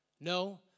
no